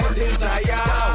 desire